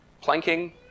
Planking